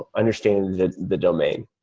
ah understanding the the domain,